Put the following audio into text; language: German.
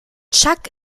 chuck